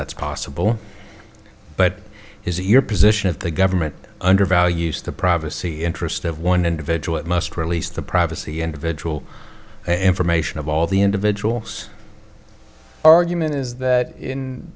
that's possible but is it your position of the government undervalues the privacy interests of one individual it must release the privacy individual information of all the individuals argument is that in